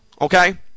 okay